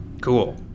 cool